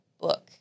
book